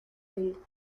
belgas